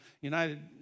United